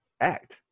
act